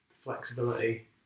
flexibility